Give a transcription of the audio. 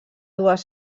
dues